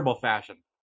fashion